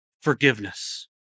forgiveness